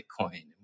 Bitcoin